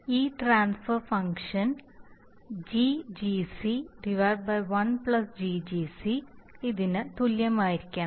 ഈ transfer function GGc 1 GGc ഇതിന് തുല്യമായിരിക്കണം